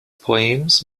poems